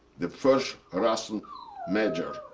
the first russian major,